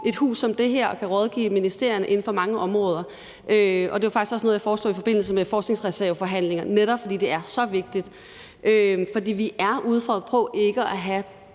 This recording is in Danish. et hus som det her og kan rådgive ministerierne inden for mange områder. Og det var faktisk også noget, jeg foreslog i forbindelse med forskningsreserveforhandlingerne, netop fordi det er så vigtigt. For vi er udfordrede med